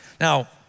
Now